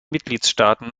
mitgliedstaaten